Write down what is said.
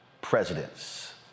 presidents